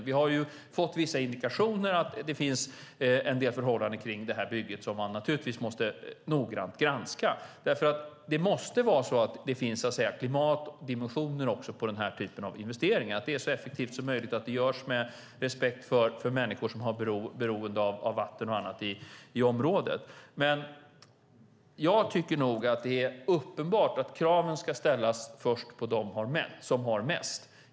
Vi har fått vissa indikationer på att det finns en del förhållanden kring kolkraftverksbygget som man naturligtvis måste noggrant granska, därför att det måste också finnas en klimatdimension i den här typen av investeringar. Man måste granska att det är så effektivt som möjligt och att det sker med respekt för människor som är beroende av vatten och annat i området. Men jag tycker nog att det är uppenbart att kraven ska ställas först på dem som har mest.